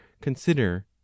consider